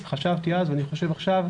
חשבתי אז ואני חושב עכשיו,